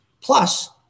plus